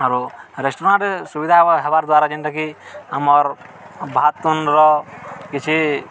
ଆରୁ ରେଷ୍ଟୁରାଣ୍ଟ୍ରେ ସୁବିଧା ହେବାର୍ ଦ୍ୱାରା ଯେନ୍ଟାକି ଆମର୍ ଭାତ୍ ତୁନ୍ର କିଛି